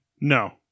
No